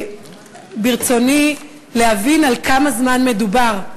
ברצוני להבין על כמה זמן מדובר.